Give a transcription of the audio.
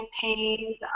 campaigns